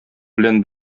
белән